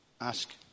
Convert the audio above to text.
ask